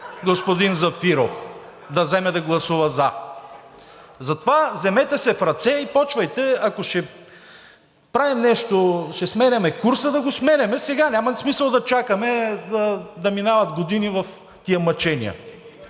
господин Зафиров да вземе да гласува за. (Смях от ГЕРБ-СДС.) Затова вземете се в ръце и започвайте. Ако ще правим нещо, ще сменяме курса, да го сменяме сега. Няма смисъл да чакаме да минават години в тези мъчения.